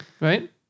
right